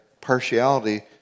partiality